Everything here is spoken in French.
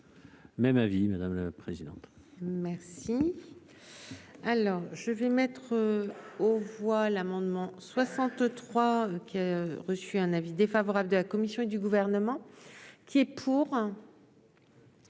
même avis madame la présidente, merci. Alors, je vais mettre aux voix l'amendement 63 que reçu un avis défavorable de la commission et du gouvernement. Qui est pour.